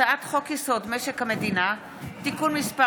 הצעת חוק-יסוד: משק המדינה (תיקון מס'